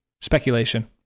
Speculation